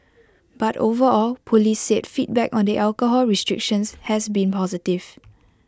but overall Police said feedback on the alcohol restrictions has been positive